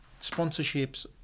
sponsorships